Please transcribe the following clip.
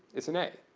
it's an a.